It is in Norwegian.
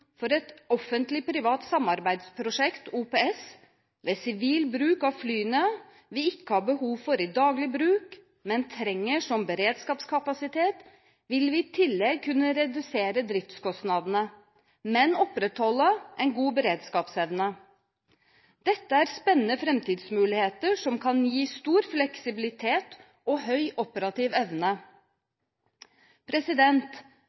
for et offentlig–privat samarbeidsprosjekt, OPS, ved sivil bruk av flyene vi ikke har behov for til daglig bruk, men trenger som beredskapskapasitet, vil vi kunne redusere driftskostnadene, men opprettholde en god beredskapsevne. Dette er spennende framtidsmuligheter, som kan gi stor fleksibilitet og høy operativ evne.